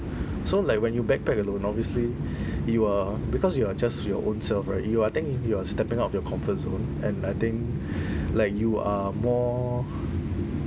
so like when you backpack alone obviously you are because you are just your own self right you are I thinking you're stepping out of your comfort zone and I think like you are more